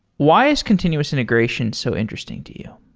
why is continuous integration so interesting to you?